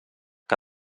que